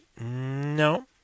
No